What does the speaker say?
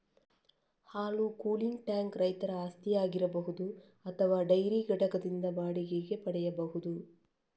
ಹಾಲು cooling tank ರೈತರ ಆಸ್ತಿಯಾಗಿರಬಹುದು ಅಥವಾ ಡೈರಿ ಘಟಕದಿಂದ ಬಾಡಿಗೆಗೆ ಪಡೆಯಬಹುದು